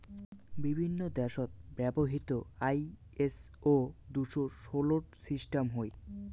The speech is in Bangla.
বিভিন্ন দ্যাশত ব্যবহৃত আই.এস.ও দুশো ষোল সিস্টাম হই